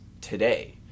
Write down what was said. today